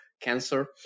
cancer